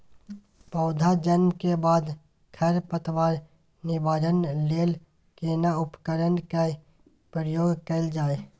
पौधा जन्म के बाद खर पतवार निवारण लेल केना उपकरण कय प्रयोग कैल जाय?